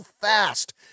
fast